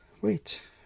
wait